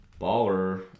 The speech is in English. baller